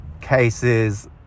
cases